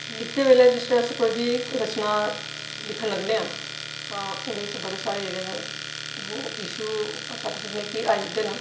लिखदे बेल्ले अस जेह्ले कोई बी रचना लिखन लगने आं तां ओह्दे च बडे़ सारे जेह्डे़ ना ओह् इशू अस आक्खी सकने कि आई जंदे न